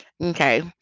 Okay